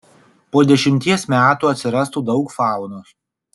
po dešimties metų atsirastų daug faunos